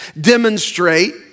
demonstrate